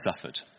suffered